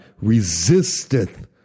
resisteth